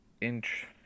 Inch